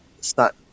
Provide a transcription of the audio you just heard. start